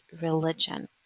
religion